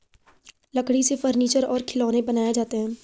लकड़ी से फर्नीचर और खिलौनें बनाये जाते हैं